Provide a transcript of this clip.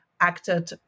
acted